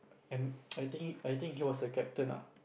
and I think I think he was a captain ah